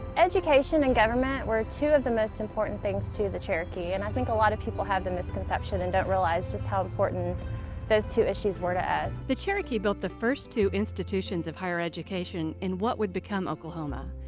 education and government were two of the most important things to the cherokee. and i think a lot of people have the misconception and don't realize just how important those two issues were to us. the cherokee built the very first two institutions of higher education in what would become oklahoma.